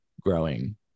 growing